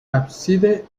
ábside